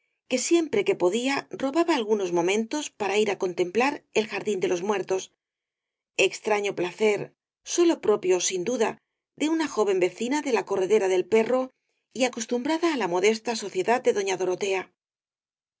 que siempre que podía robaba algunos momentos para ir á contemplar el jardín de los muertos extraño placer sólo propio sin duda de una joven vecina de la corredera del perro y acosel caballero de las botas azules tumbrada á la modesta sociedad de doña dorotea